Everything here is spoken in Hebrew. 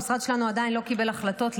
המשרד שלנו עדיין לא קיבל החלטות,